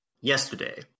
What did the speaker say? yesterday